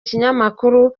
ikinyamakuru